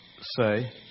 say